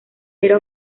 era